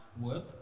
work